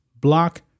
block